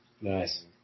Nice